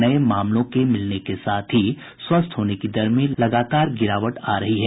नये मामलों के मिलने के साथ ही स्वस्थ होने की दर में लगातार गिरावट हो रही है